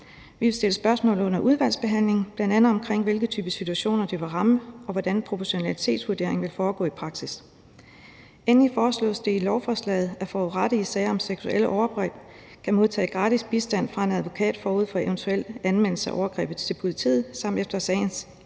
Vi vil stille spørgsmål under udvalgsbehandlingen, bl.a. om i hvilken type situationer det vil ramme, og hvordan proportionalitetsvurderingen vil foregå i praksis. For det syvende foreslås det endelig i lovforslaget, at forurettede i sager om seksuelle overgreb kan modtage gratis bistand fra en advokat forud for eventuel anmeldelse af overgreb til politiet samt efter retssagens